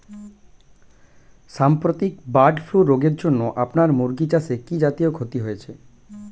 সাম্প্রতিক bird flu রোগের জন্য আপনার মুরগি চাষে কি জাতীয় ক্ষতি হয়েছে?